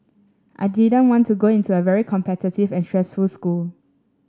I didn't want to go into a very competitive and stressful school